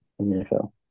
NFL